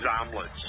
omelets